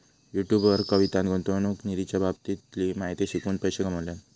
YouTube वर कवितान गुंतवणूक निधीच्या बाबतीतली माहिती शिकवून पैशे कमावल्यान